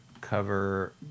cover